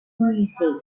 museum